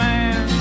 Man